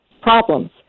problems